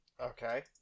Okay